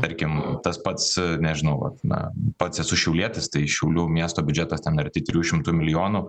tarkim tas pats nežinau vat na pats esu šiaulietis tai šiaulių miesto biudžetas ten arti trijų šimtų milijonų